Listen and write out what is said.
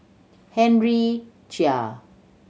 Henry Chia